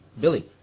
Billy